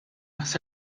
naħseb